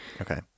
Okay